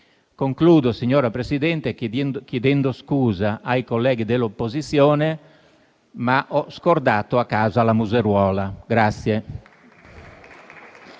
Concludo, signora Presidente, chiedendo scusa ai colleghi dell'opposizione, dicendo che ho scordato a casa la museruola.